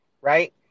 Right